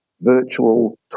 virtual